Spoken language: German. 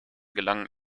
gelang